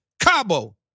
Cabo